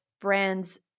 brands